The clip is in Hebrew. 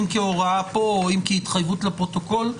אם כהוראה פה, ואם כהתחייבות לפרוטוקול.